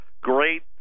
great